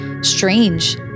strange